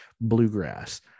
bluegrass